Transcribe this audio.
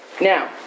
Now